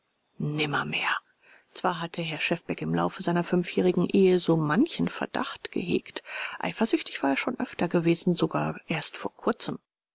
nimmermehr zwar hatte herr schefbeck im laufe seiner fünfjährigen ehe so manchen verdacht gehegt eifersüchtig war er schon öfter gewesen sogar erst vor kurzem